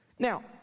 Now